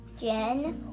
Jen